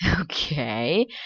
Okay